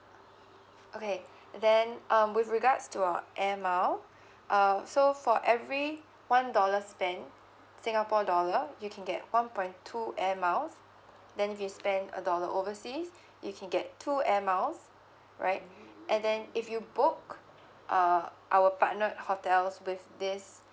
okay and then um with regards to our air mile uh so for every one dollar spend singapore dollar you can get one point two air miles then if you spend a dollar overseas you can get two air miles right and then if you book uh our partnered hotels with this